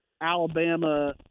Alabama